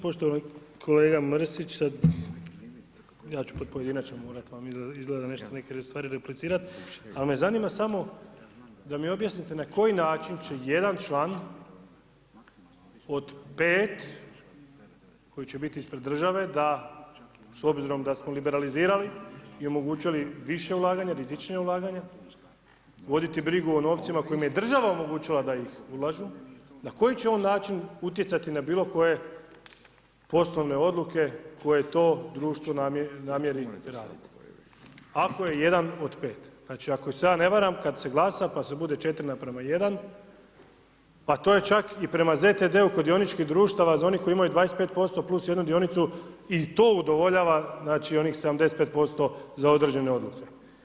Poštovani kolega Mrsić, sad, ja ću pod pojedinačno morati vam izgleda neke stvari replicirati, ali me zanima samo da mi objasnite na koji način će jedan član od 5 koji će biti ispred države, da, s obzirom da smo liberalizirali i omogućili više ulaganja, rizičnija ulaganja, voditi brigu o novcima kojim je država omogućila da ih ulažu, na koji će on način utjecati na bilo koje poslovne odluke koje to društvo namijeni raditi ako je jedan od 5. Znači, ako se ja ne varam, kad se glasa, pa se bude 4:1, pa to je čak i prema ZTD-u kod dioničkih društava za one koji imaju 25% + jednu dionicu i to udovoljava, znači, onih 75% za određene odluke.